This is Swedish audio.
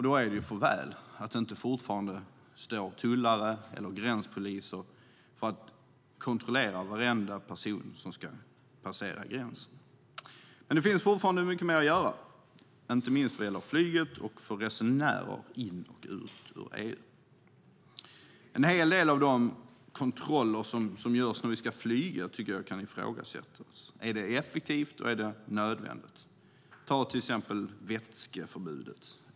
Då är det för väl att det inte fortfarande står tullare eller gränspoliser och kontrollerar varenda person som ska passera gränsen. Det finns dock mer att göra, inte minst vad gäller flyget och för resenärer in och ut ur EU. En hel del av de kontroller som görs när vi ska flyga kan ifrågasättas. Är det effektivt och nödvändigt? Det gäller till exempel vätskeförbudet.